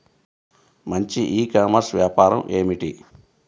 మంచి e commerce వ్యాపారం ఏమిటీ?